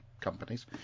companies